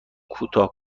کوتاه